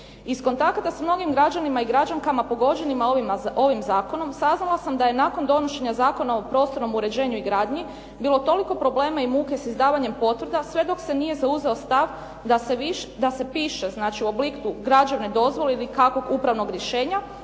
Iz kontakata s mnogim građanima i građankama pogođenima ovim zakonom, saznala sam da je nakon donošenja Zakona o prostornom uređenju i gradnji bilo toliko problema i muke s izdavanjem potvrda sve dok se nije zauzeo stav da se piše znači u obliku građevne dozvole ili kakvog upravnog rješenja,